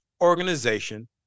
organization